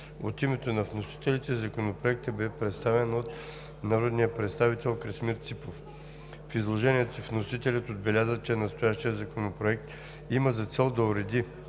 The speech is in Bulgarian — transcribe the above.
От името на вносителите Законопроектът бе представен от народния представител Красимир Ципов. В изложението си вносителят отбеляза, че настоящият Законопроект има за цел да уреди